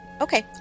Okay